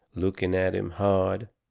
looking at him hard.